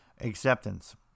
acceptance